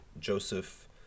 Joseph